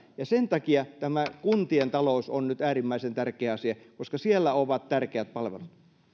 sen takia tämä kuntien talous on nyt äärimmäisen tärkeä asia koska siellä ovat tärkeät palvelut